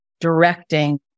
directing